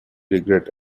regret